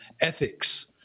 ethics